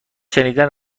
شنیدن